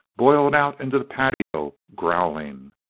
boiled out into the patio, growling.